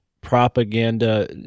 propaganda